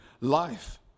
life